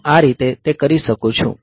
હું આ રીતે તે કરી શકું છું